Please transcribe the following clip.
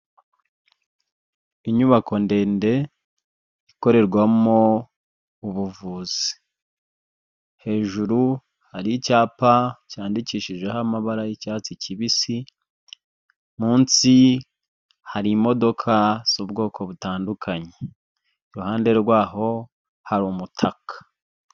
Inyubako ndende ikorerwamo ubuvuzi, hejuru hari icyapa cyandikishijeho amabara y'icyatsi kibisi, munsi hari imodoka z'ubwoko butandukanye, iruhande rwaho hari umutaka.